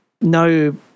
no